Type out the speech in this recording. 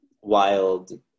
wild